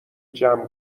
جمع